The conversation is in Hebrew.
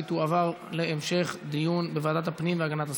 והיא תועבר להמשך דיון בוועדת הפנים והגנת הסביבה.